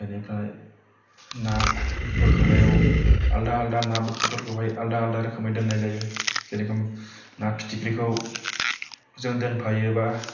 बेनिफ्राय ना बोखांनायाव आलदा आलदा नाफोरखौहाय आलदा आलादा रोखोमै दोननाय जायो जेरोखोम ना फिथिख्रिखौ ज दोनफायोबा